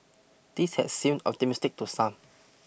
this had seemed optimistic to some